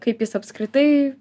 kaip jis apskritai